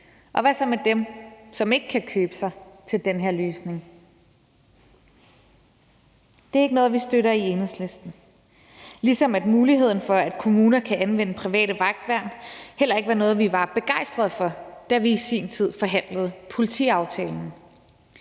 Og hvad så med dem, som ikke kan købe sig til den her løsning? Der er ikke noget, vi støtter i Enhedslisten, ligesom muligheden for at kommuner kan anvende private vagtværn heller ikke var noget, vi var begejstrede for, da vi i sin tid forhandlede politiaftalen.